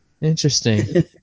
Interesting